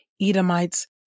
Edomites